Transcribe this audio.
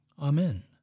Amen